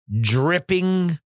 dripping